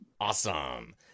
awesome